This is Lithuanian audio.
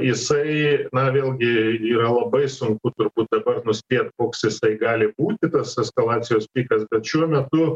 jisai na vėlgi yra labai sunku turbūt dabar nuspėt koks jisai gali būti tas eskalacijos pikas bet šiuo metu